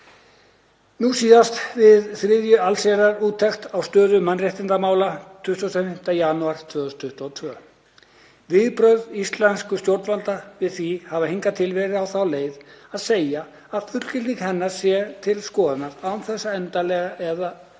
nú síðast við þriðju allsherjarúttekt á stöðu mannréttindamála 25. janúar 2022. Viðbrögð íslenskra stjórnvalda við því hafa hingað til verið á þá leið að segja að fullgilding hennar sé til skoðunar, án þess að endanleg eða